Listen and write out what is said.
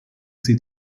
sie